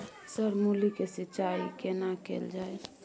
Sir मूली के सिंचाई केना कैल जाए?